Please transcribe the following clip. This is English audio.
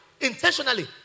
intentionally